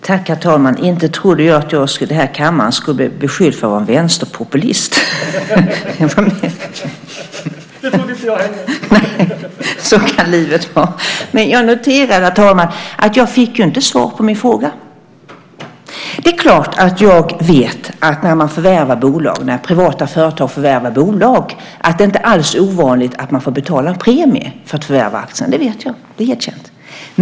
Herr talman! Inte trodde jag att jag här i kammaren skulle bli beskylld för att vara en vänsterpopulist. : Det trodde inte jag heller.) Så kan livet vara. Men jag noterar, herr talman, att jag inte fick svar på min fråga. Det är klart att jag vet att det inte alls är ovanligt när privata företag förvärvar bolag att de får betala en premie för att förvärva aktien. Det vet jag, det är helt känt.